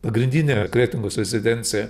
pagrindinė kretingos rezidencija